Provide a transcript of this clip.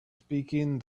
speaking